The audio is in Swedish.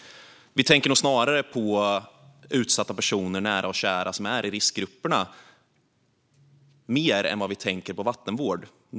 Vi tänker nog snarare på utsatta personer och nära och kära som är i riskgrupperna än på vattenvård.